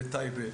טייבה,